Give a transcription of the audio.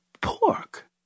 pork